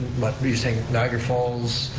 what were you saying, niagara falls,